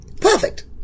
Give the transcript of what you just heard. Perfect